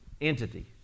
entity